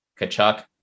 Kachuk